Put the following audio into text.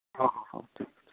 হ্যাঁ হ্যাঁ হ্যাঁ ঠিক আছে